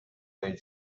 lay